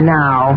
now